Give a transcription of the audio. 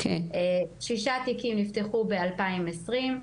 שישה תיקים נפתחו ב-2020,